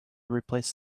replace